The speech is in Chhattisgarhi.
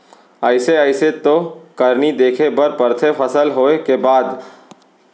अइसे अइसे तो करनी देखे बर परथे फसल होय के बाद